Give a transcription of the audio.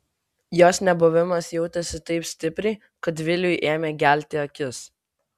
jos nebuvimas jautėsi taip stipriai kad viliui ėmė gelti akis